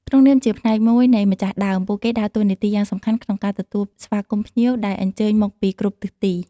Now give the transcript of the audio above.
ក្នុងនាមជាផ្នែកមួយនៃម្ចាស់ដើម ពួកគេដើរតួនាទីយ៉ាងសំខាន់ក្នុងការ ទទួលស្វាគមន៍ភ្ញៀវ ដែលអញ្ជើញមកពីគ្រប់ទិសទី។